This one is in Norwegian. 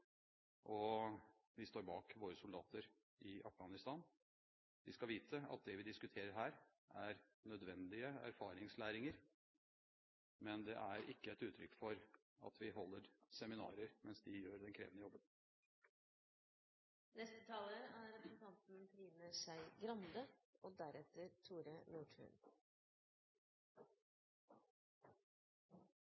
og vi står bak våre soldater i Afghanistan. De skal vite at det vi diskuterer her, er nødvendig erfaringslæring, men det er ikke et uttrykk for at vi holder seminarer mens de gjør den krevende jobben. Jeg vil også takke interpellanten for muligheten til å kunne se seg tilbake og